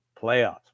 Playoffs